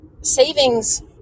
savings